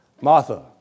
Martha